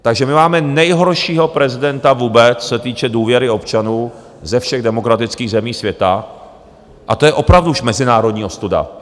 Takže my máme nejhoršího prezidenta vůbec, co se týče důvěry občanů ze všech demokratických zemí světa, a to je opravdu už mezinárodní ostuda.